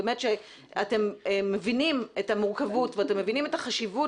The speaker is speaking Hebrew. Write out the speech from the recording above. שאתם מבינים את המורכבות ואתם מבינים את החשיבות